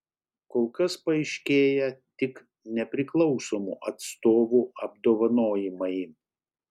kol kas paaiškėję tik nepriklausomų atstovų apdovanojimai